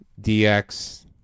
DX